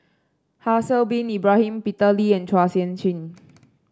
Haslir Bin Ibrahim Peter Lee and Chua Sian Chin